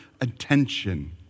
attention